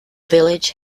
village